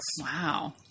Wow